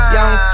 Young